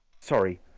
sorry